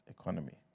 economy